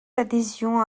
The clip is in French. adhésion